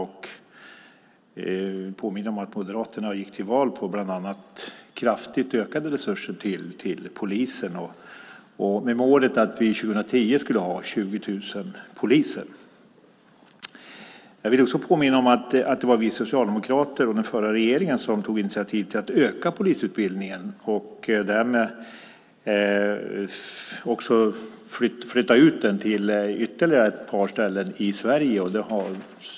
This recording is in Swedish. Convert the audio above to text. Jag vill därför påminna om att Moderaterna gick till val bland annat på kraftigt ökade resurser till polisen med målet att vi 2010 skulle ha 20 000 poliser. Jag vill också påminna om att det var vi socialdemokrater och den förra regeringen som tog initiativ till att öka polisutbildningen och också förlägga utbildningen till ytterligare ett par ställen i Sverige - Umeå och Växjö.